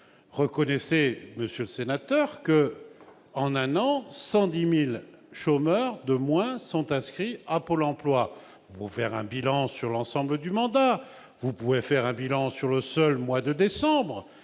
Reconnaissez, monsieur le sénateur, que, en un an, 110 000 chômeurs de moins sont inscrits à Pôle emploi. Vous pouvez dresser un bilan sur l'ensemble du mandat, ou sur le seul mois de décembre,